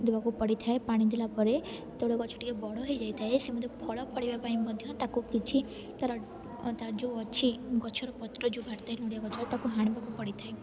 ଦେବାକୁ ପଡ଼ିଥାଏ ପାଣି ଦେଲା ପରେ ତଳ ଗଛ ଟିକେ ବଡ଼ ହେଇଯାଇଥାଏ ସେ ମଧ୍ୟ ଫଳ ଫଳିବା ପାଇଁ ମଧ୍ୟ ତାକୁ କିଛି ତାର ତାର ଯେଉଁ ଅଛି ଗଛର ପତ୍ର ଯେଉଁ ବାହାରି ଥାଏ ନଡ଼ିଆ ଗଛ ତାକୁ ହାଣିବାକୁ ପଡ଼ିଥାଏ